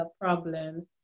problems